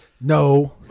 No